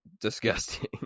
disgusting